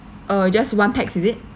oh just one pax is it